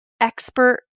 expert